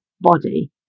body